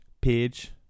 page